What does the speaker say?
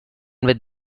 with